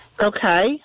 okay